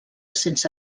sense